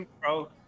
bro